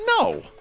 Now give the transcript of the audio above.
No